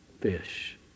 fish